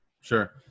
Sure